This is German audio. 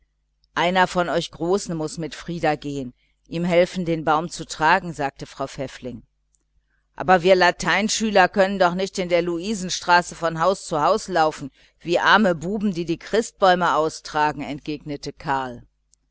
einer von euch großen muß mit frieder gehen ihm helfen den baum tragen sagte frau pfäffling aber wir lateinschüler können doch nicht in der luisenstraße von haus zu haus laufen wie arme buben die die christbäume austragen entgegnete karl